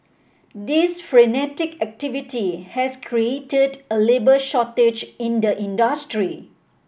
this frenetic activity has created a labour shortage in the industry